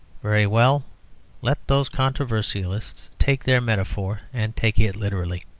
very well let those controversialists take their metaphor, and take it literally.